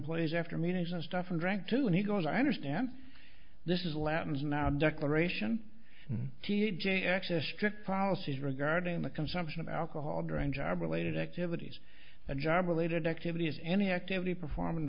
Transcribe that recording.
place after meetings and stuff and drank two and he goes i understand this is latins now declaration and t j actually a strict policies regarding the consumption of alcohol during job related activities a job related activities any activity performing